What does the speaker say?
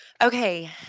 Okay